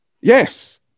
Yes